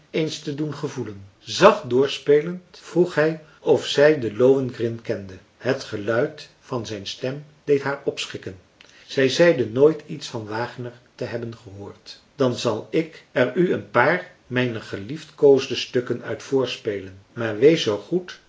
eens te doen gevoelen zacht doorspelend vroeg hij of zij den lohengrin kende het geluid van zijn stem deed haar opschrikken zij zeide nooit iets van wagner te hebben gehoord dan zal ik er u een paar mijner gelief koosde stukken uit voorspelen maar wees zoo goed